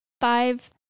five